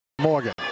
Morgan